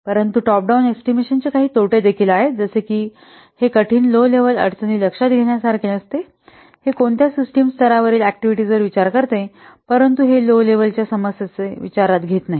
परंतु top down एस्टिमेशनाचे काही तोटे देखील आहेत जसे की हे कठीण लो लेव्हल अडचणी लक्षात घेण्यासारखे नसते हे कोणत्या सिस्टिम स्तरावरील ऍक्टिव्हिटीज वर विचार करते परंतु हे लो लेव्हलच्या समस्येचे विचारात घेत नाही